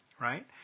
right